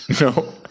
No